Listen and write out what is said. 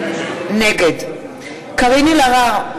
נגד קארין אלהרר,